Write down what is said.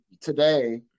today